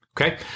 Okay